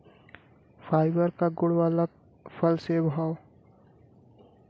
fibre क गुण वाला फल सेव हौ